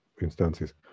instances